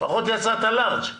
לפחות יצאת לארג'.